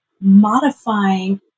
modifying